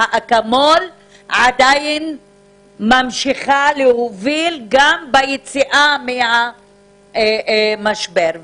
האקמול עדיין ממשיכה להוביל גם ביציאה מהמשבר.